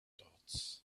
dots